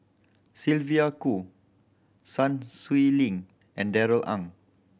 Sylvia Kho Sun Xueling and Darrell Ang